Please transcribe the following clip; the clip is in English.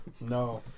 No